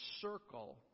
circle